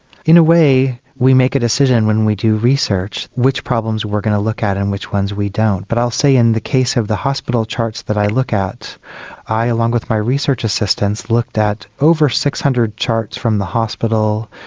in a way we make a decision when we do research, which problems we are going to look at and which ones we don't. but i'll say in the case of the hospital charts that i look at i, along with my research assistants, looked at over six hundred charts from the hospital,